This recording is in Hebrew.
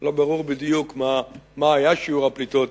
לא ברור בדיוק מה היה שיעור הפליטות